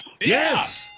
yes